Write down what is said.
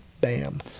bam